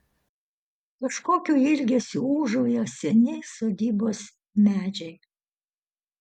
kažkokiu ilgesiu ūžauja seni sodybos medžiai